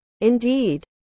Indeed